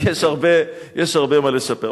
יש הרבה מה לשפר.